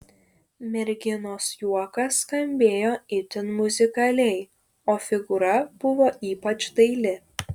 merginos juokas skambėjo itin muzikaliai o figūra buvo ypač daili